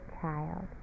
child